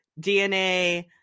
DNA